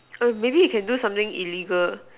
err maybe you can do something illegal